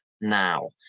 now